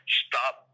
stop